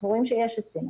אנחנו רואים שיש עצים,